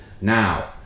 Now